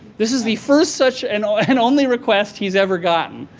this is the first such, and um and only, request he's ever gotten.